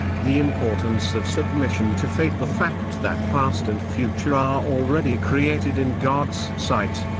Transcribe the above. the importance of submission to fate the fact that past and future are already created in god's sight,